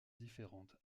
différentes